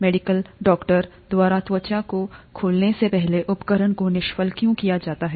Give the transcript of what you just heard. medical doctor द्वारा त्वचा को खोलने से पहले उपकरण को निष्फल क्यों किया जाता है